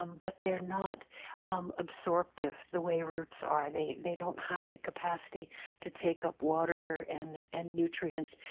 um but they're not um absorptive the way roots are. they they don't have the capacity to take up water and and nutrients.